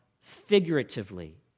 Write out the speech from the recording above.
figuratively